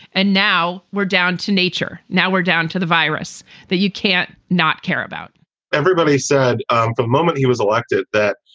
and now we're down to nature. now we're down to the virus that you can't not care about everybody said um the moment he was elected that,